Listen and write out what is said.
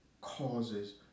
causes